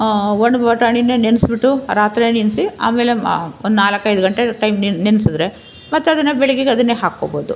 ಒಣ ಬಟಾಣಿನೇ ನೆನೆಸ್ಬಿಟ್ಟು ರಾತ್ರಿ ನೆನೆಸಿ ಆಮೇಲೆ ಮ ಒಂದು ನಾಲ್ಕೈದು ಗಂಟೆ ಟೈಮ್ ನೆನೆಸಿದ್ರೆ ಮತ್ತದನ್ನು ಬೆಳಗ್ಗೆಗೆ ಅದನ್ನೇ ಹಾಕ್ಕೊಬೋದು